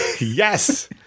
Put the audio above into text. Yes